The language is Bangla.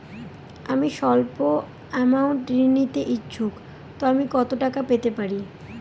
আমি সল্প আমৌন্ট ঋণ নিতে ইচ্ছুক তো আমি কত টাকা পেতে পারি?